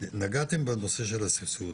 נגעתם בנושא של הסבסוד.